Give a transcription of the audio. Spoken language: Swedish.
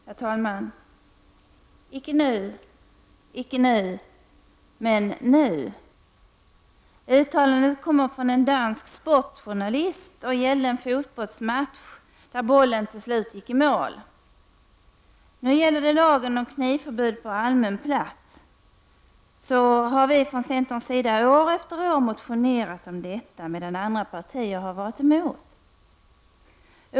Herr talman! Icke nu, icke nu — men nu. Uttalandet kommer från en dansk sportjournalist och gällde en fotbollsmatch där bollen till slut gick i mål. I frågan om lagen om knivförbud på allmän plats har centern år efter år motionerat, och alla andra partier har gått emot förslaget om ett förbud.